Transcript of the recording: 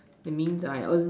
that means I earn